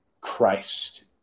Christ